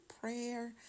prayer